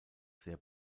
sehr